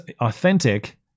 authentic